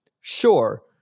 Sure